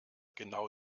genau